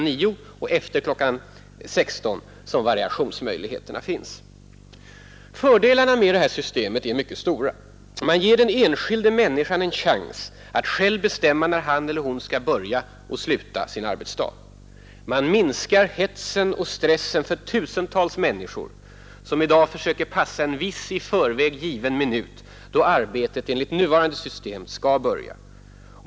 9 och efter kl. 16 som variationsmöjligheterna finns. Fördelarna med det här systemet är mycket stora. Man ger den enskilde människan en chans att själv bestämma när han eller hon skall börja och sluta sin arbetsdag. Man minskar hetsen och stressen för tusentals människor som i dag försöker passa en viss i förväg given minut, då arbetet enligt nuvarande system skall börja.